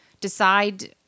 decide